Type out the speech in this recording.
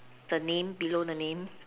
the name below the name